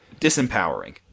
disempowering